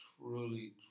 truly